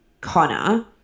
Connor